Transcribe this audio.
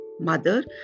Mother